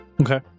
Okay